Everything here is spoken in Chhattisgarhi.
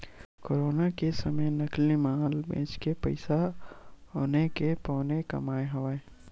कोरोना के समे नकली माल बेचके पइसा औने के पौने कमाए हवय